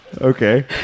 okay